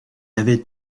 avait